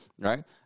right